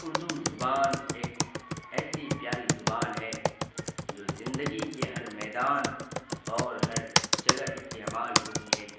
اردو زبان ایک ایسی پیاری زبان ہے جو زندگی کے ہر میدان اور ہر جگہ استعمال ہوتی ہے